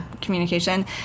communication